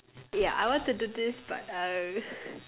yeah I want to do this but uh